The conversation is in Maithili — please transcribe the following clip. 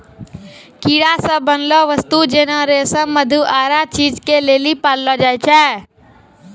कीड़ा से बनलो वस्तु जेना रेशम मधु आरु चीज के लेली पाललो जाय छै